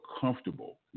comfortable